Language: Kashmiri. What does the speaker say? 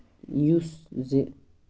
یُس زِ